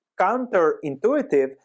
counterintuitive